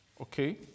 Okay